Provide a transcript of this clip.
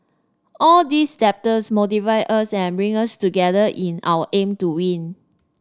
all these doubters motivate us and bring us together in our aim to win